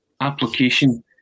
application